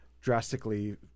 drastically